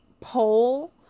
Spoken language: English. poll